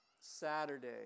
Saturday